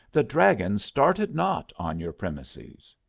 the dragon started not on your premises.